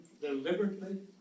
deliberately